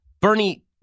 Bernie